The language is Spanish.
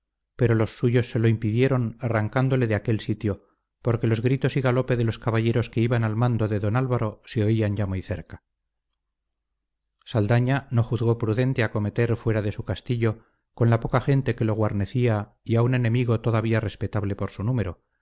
pero los suyos se lo impidieron arrancándole de aquel sitio porque los gritos y galope de los caballeros que iban al mando de don álvaro se oían ya muy cerca saldaña no juzgó prudente acometer fuera de su castillo con la poca gente que lo guarnecía y a un enemigo todavía respetable por su número